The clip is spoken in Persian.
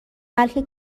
بلکه